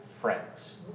friends